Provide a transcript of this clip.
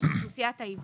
זו אוכלוסיית העיוורים.